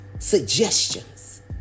Suggestions